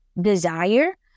desire